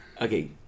Okay